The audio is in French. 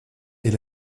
est